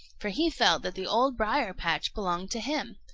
for he felt that the old briar-patch belonged to him.